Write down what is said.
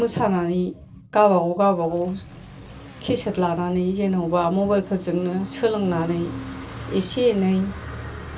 मोसानानै गावबागाव गावबागाव केसेत लानानै जेनबा मबाइल फोरजोंनो सोलोंनानै एसे एनै